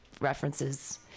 references